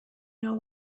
know